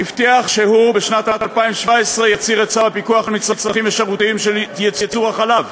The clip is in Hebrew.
הבטיח שבשנת 2017 יסיר את צו הפיקוח על מצרכים ושירותים (ייצור החלב)